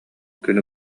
күнү